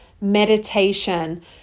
meditation